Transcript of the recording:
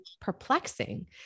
perplexing